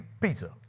pizza